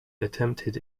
attempted